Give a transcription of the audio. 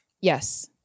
Yes